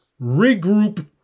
regroup